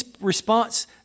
response